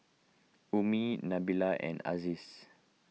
Ummi Nabila and Aziz